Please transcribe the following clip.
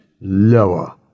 lower